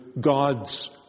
God's